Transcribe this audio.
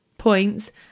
points